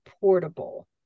portable